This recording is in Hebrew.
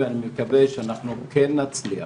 ואני מקווה שאנחנו כן נצליח